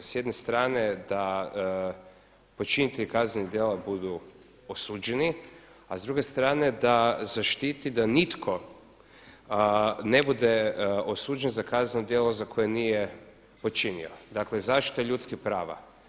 S jedne strane da počinitelji kaznenih djela budu osuđeni a s druge strane da zaštiti da nitko ne bude osuđen za kazneno djelo koje nije počinio, dakle zaštita ljudskih prava.